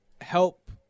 help